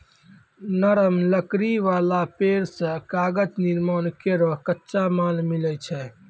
नरम लकड़ी वाला पेड़ सें कागज निर्माण केरो कच्चा माल मिलै छै